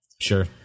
sure